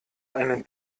einen